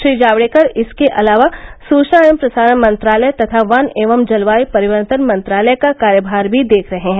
श्री जावड़ेकर इसके अलावा सूचना एवं प्रसारण मंत्रालय तथा वन एवं जलवाय् परिवर्तन मंत्रालय का कार्यभार भी देख रहे हैं